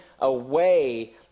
away